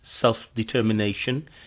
self-determination